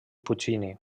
puccini